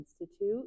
Institute